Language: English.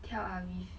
tel aviv